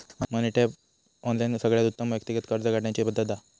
मनी Tap, online सगळ्यात उत्तम व्यक्तिगत कर्ज काढण्याची पद्धत हा